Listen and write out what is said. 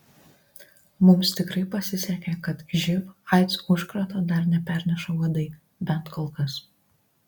mums tikrai pasisekė kad živ aids užkrato dar neperneša uodai bent kol kas